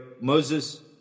Moses